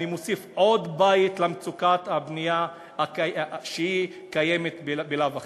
אני מוסיף עוד בית למצוקת הבנייה שקיימת בלאו הכי.